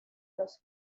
los